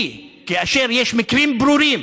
היא שכאשר יש מקרים ברורים